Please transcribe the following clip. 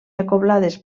acoblades